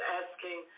asking